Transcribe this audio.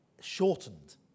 Shortened